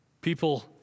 People